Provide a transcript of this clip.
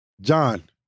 John